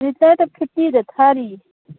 ꯂꯤꯇꯔꯗ ꯐꯤꯐꯇꯤꯗ ꯊꯥꯔꯤꯌꯦ